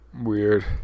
weird